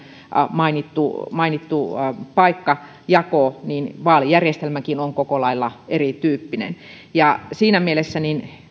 mainittu mainittu paikkajako vaalijärjestelmäkin on koko lailla erityyppinen siinä mielessä